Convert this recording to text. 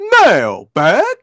Mailbag